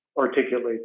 Articulate